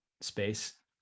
space